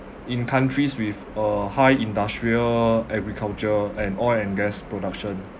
in countries with a high industrial agriculture and oil and gas production